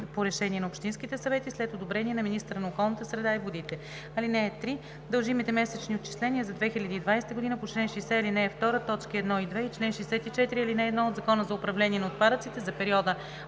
по решение на общинските съвети след одобрение на министъра на околната среда и водите. (3) Дължимите месечни отчисления за 2020 г. по чл. 60, ал. 2, т. 1 и 2 и чл. 64, ал. 1 от Закона за управление на отпадъците за периода